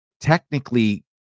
technically